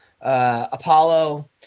Apollo